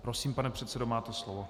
Prosím, pane předsedo, máte slovo.